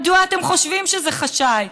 מדוע אתם חושבים שזה חשאי?